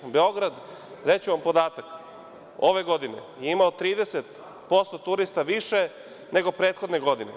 Reći ću vam podatak, Beograd ove godine je imao 30% turista više nego prethodne godine.